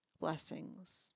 Blessings